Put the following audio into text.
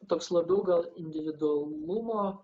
toks labiau gal individualumo